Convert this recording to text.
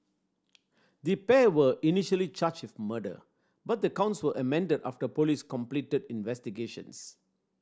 the pair were initially charged with murder but the counts were amended after police completed investigations